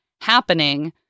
happening